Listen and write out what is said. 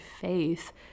faith